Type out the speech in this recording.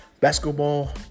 Basketball